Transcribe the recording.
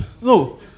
no